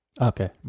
okay